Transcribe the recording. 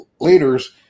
leaders